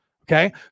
Okay